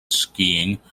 skiing